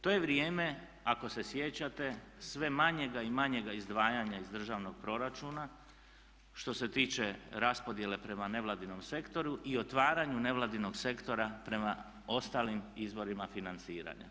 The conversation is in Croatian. To je vrijeme, ako se sjećate, sve manjega i manjega izdvajanja iz državnog proračuna što se tiče raspodjele prema nevladinom sektoru i otvaranju nevladinog sektora prema ostalim izvorima financiranja.